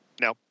No